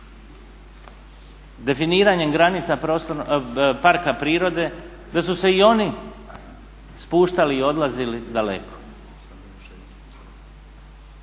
definiranjem granica parka prirode da su se i oni spuštali i odlazili daleko.